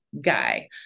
guy